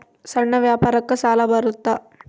ಸಣ್ಣ ವ್ಯಾಪಾರಕ್ಕ ಸಾಲ ಬರುತ್ತಾ?